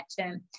term